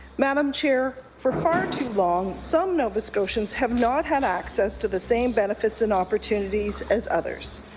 madam chair, for far too long some nova scotians have not had access to the same benefits and opportunities as others.